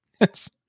Yes